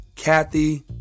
Kathy